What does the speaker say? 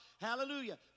Hallelujah